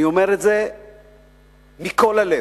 אני אומר את זה מכל הלב,